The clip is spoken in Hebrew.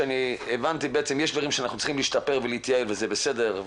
יש דברים שאנחנו צריכים להשתפר ולהתייעל וזה בסדר,